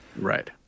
Right